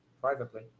privately